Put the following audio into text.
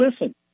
listen